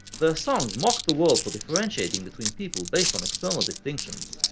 their songs mocked the world for differentiating between people based on external distinctions,